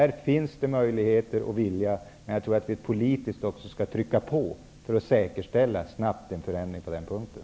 Det finns möjligheter och vilja, man vi måste också trycka på politiskt för att snabbt säkerställa en förändring på den punkten.